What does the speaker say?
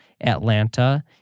Atlanta